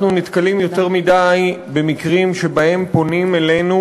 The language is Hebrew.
אנחנו נתקלים ביותר מדי מקרים שבהם פונים אלינו